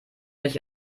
mich